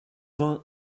vingt